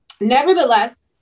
nevertheless